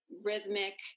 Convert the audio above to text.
rhythmic